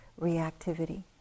reactivity